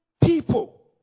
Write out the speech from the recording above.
people